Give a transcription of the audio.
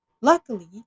luckily